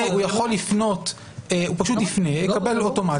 הוא יפנה, יקבל אוטומטית.